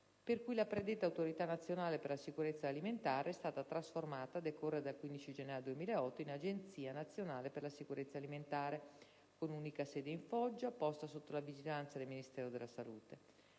per cui la predetta Autorità nazionale per la sicurezza alimentare è stata trasformata, a decorrere dal 15 gennaio 2008, in Agenzia nazionale per la sicurezza alimentare, con unica sede in Foggia, posta sotto la vigilanza del Ministero della salute.